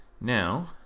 Now